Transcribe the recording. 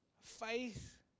faith